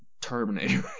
Terminator